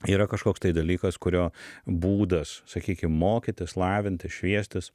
yra kažkoks tai dalykas kurio būdas sakykim mokytis lavintis šviestis